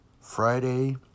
Friday